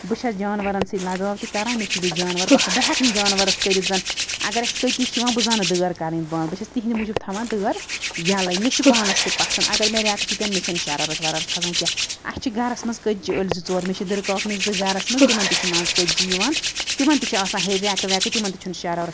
بہٕ چھیٚس جانوَرَن سۭتۍ لگاو تہِ کَران مےٚ چھِ بیٚیہِ جانور پَسنٛد بہٕ ہیٚکہٕ نہٕ جانوَرَس کٔرِتھ زَن اگر اسہِ کٔتِج چھِ یِوان بہٕ زانہٕ نہٕ دٲر کَرٕنۍ بَنٛد بہٕ چھیٚس تِہنٛدِ موٗجوٗب تھاوان دٲر یَلٔے مےٚ چھُ پانَس تہِ پَسنٛد اگر مےٚ ریٚکہٕ تہِ پیٚن مےٚ چھَنہٕ شَرارت وَرارت کھَسان کیٚنٛہہ اسہِ چھِ گھرَس منٛز کٔتجہِ ٲلۍ زٕ ژور مےٚ چھِ دٕرکاکنہِ زٕ گھرَس منٛز تِمَن تہِ چھِ منٛز کٔتجہِ یِوان تِمَن تہِ چھِ آسان ہیٚرِ ریٚکہٕ ویٚکہٕ تِمَن تہِ چھُنہٕ شَرارَت